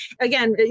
Again